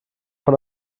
von